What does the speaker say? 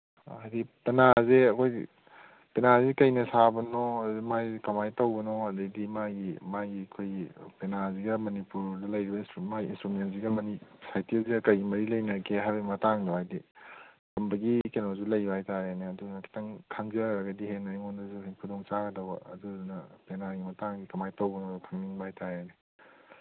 ꯍꯥꯏꯗꯤ ꯄꯦꯅꯥꯁꯦ ꯑꯩꯈꯣꯏ ꯄꯦꯅꯥꯁꯦ ꯀꯩꯅ ꯁꯥꯕꯅꯣ ꯑꯗꯨꯃꯥꯏꯅ ꯀꯃꯥꯏꯅ ꯇꯧꯕꯅꯣ ꯑꯗꯒꯤ ꯃꯥꯒꯤ ꯃꯥꯒꯤ ꯑꯩꯈꯣꯏꯒꯤ ꯄꯦꯅꯥꯁꯤꯒ ꯃꯅꯤꯄꯨꯔꯗ ꯂꯩꯔꯤꯕ ꯃꯥꯏ ꯏꯟꯁꯇ꯭ꯔꯨꯃꯦꯟꯁꯤꯒ ꯁꯥꯍꯤꯇ꯭ꯌꯁꯦ ꯀꯔꯤ ꯃꯔꯤ ꯂꯩꯅꯒꯦ ꯍꯥꯏꯕꯒꯤ ꯃꯇꯥꯡꯗꯣ ꯍꯥꯏꯗꯤ ꯇꯝꯕꯒꯤ ꯀꯩꯅꯣꯁꯨ ꯂꯩꯕ ꯍꯥꯏ ꯇꯥꯔꯦꯅꯦ ꯑꯗꯨꯅ ꯈꯤꯇꯪ ꯈꯪꯖꯔꯒꯗꯤꯅ ꯑꯩꯉꯣꯟꯗꯁꯨ ꯈꯨꯗꯣꯡꯆꯥꯒꯗꯕ ꯑꯗꯨꯅ ꯄꯦꯅꯥꯒꯤ ꯃꯇꯥꯡꯁꯦ ꯀꯃꯥꯏꯅ ꯇꯧꯕꯅꯣ ꯈꯪꯅꯤꯡꯕ ꯍꯥꯏ ꯇꯥꯔꯦꯅꯦ